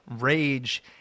rage